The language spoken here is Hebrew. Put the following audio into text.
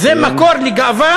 זה מקור לגאווה?